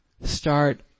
start